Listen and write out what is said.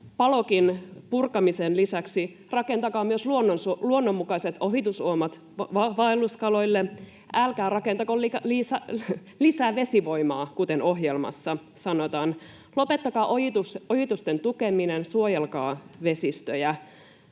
Palokin purkamisen lisäksi rakentakaa myös luonnonmukaiset ohitusuomat vaelluskaloille, älkää rakentako lisää vesivoimaa, kuten ohjelmassa sanotaan, lopettakaa ojitusten tukeminen, suojelkaa vesistöjä